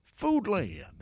Foodland